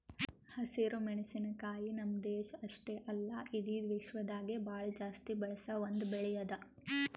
ಹಸಿರು ಮೆಣಸಿನಕಾಯಿ ನಮ್ಮ್ ದೇಶ ಅಷ್ಟೆ ಅಲ್ಲಾ ಇಡಿ ವಿಶ್ವದಾಗೆ ಭಾಳ ಜಾಸ್ತಿ ಬಳಸ ಒಂದ್ ಬೆಳಿ ಅದಾ